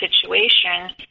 situation